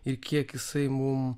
ir kiek jisai mum